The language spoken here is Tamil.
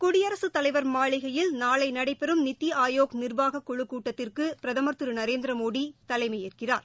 குடியரசுத்தலைவர் மாளிகையில் நாளை நடைபெறும் நித்தி ஆயோக் நிர்வாகம் குழு கூட்டத்திற்கு பிரதமர் திரு நரேந்திர மோடி தலைமையேற்கிறார்